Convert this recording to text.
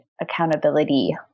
accountability